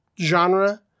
genre